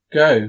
go